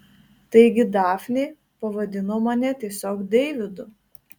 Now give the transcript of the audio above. taigi dafnė pavadino mane tiesiog deividu